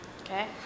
Okay